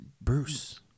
Bruce